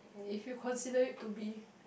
if you considered it to be